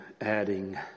adding